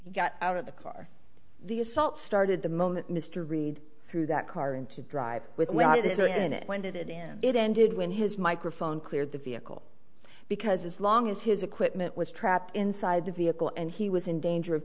he got out of the car the assault started the moment mr read through that car into drive with why do this again it when did it end it ended when his microphone cleared the vehicle because as long as his equipment was trapped inside the vehicle and he was in danger of